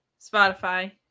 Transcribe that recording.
Spotify